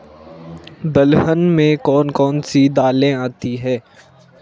दलहन में कौन कौन सी दालें आती हैं?